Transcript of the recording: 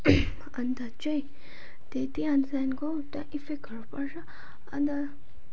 अन्त चाहिँ त्यत्ति अन्त त्यहाँदेखिको एउटा इफेक्टहरू पर्छ अन्त